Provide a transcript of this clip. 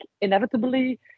inevitably